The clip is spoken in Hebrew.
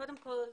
קודם כל,